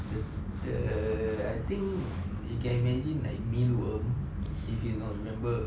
the the I think you can imagine like meal worm if you know remember